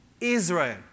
Israel